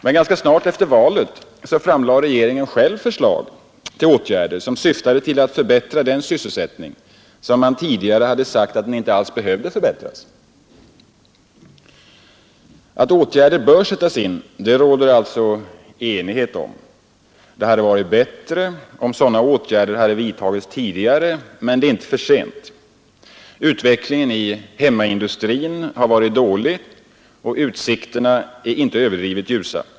Men ganska snart efter valet framlade regeringen själv förslag till åtgärder som syftade till att förbättra den sysselsättning som man tidigare hade sagt inte behövde förbättras. Att åtgärder bör sättas in råder det alltså enighet om. Det hade varit bättre om sådana åtgärder hade vidtagits tidigare, men det är ännu inte för sent. Utvecklingen i hemmaindustrin har varit dålig, och utsikterna är inte överdrivet ljusa.